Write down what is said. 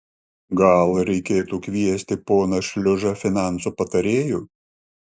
gal reikėtų kviesti poną šliužą finansų patarėju